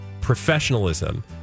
professionalism